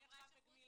היא אמרה שחוץ